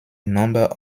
number